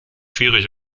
schwierig